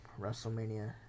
WrestleMania